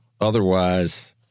otherwise